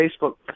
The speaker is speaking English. Facebook